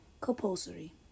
compulsory